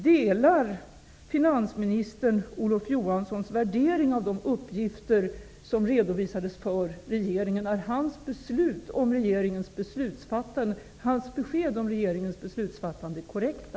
Delar finansministern Olof Johanssons värdering av de uppgifter som redovisats för regeringen? Är hans besked om regeringens beslut korrekta?